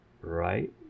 right